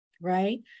right